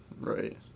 Right